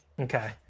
okay